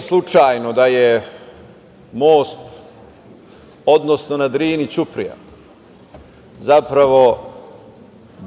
slučajno da je most, odnosno na Drini ćuprija